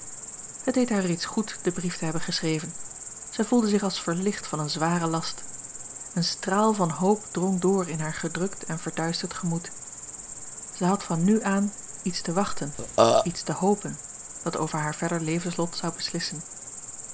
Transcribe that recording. het deed haar reeds goed den brief te hebben geschreven zij voelde zich als verlicht van een zwaren last een straal van hoop drong door in haar gedrukt en verduisterd gemoed zij had van nu aan iets te wachten iets te hopen dat over haar verder levenslot zou beslissen